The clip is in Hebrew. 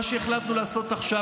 מה שהחלטנו לעשות עכשיו,